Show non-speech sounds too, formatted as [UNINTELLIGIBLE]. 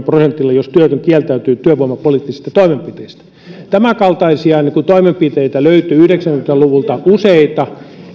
[UNINTELLIGIBLE] prosentilla jos työtön kieltäytyi työvoimapoliittisista toimenpiteistä tämänkaltaisia toimenpiteitä löytyy yhdeksänkymmentä luvulta useita